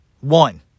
One